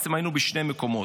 בעצם היינו בשני מקומות: